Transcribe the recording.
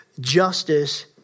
justice